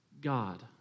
God